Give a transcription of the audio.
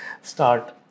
start